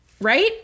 Right